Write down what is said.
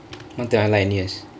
மத்தவன்னெல்லா:matha vanellaa N_U_S